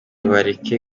bareke